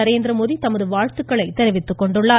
நரேந்திர மோடி தமது வாழ்த்துக்களை தெரிவித்துக் கொண்டுள்ளார்